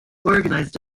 organized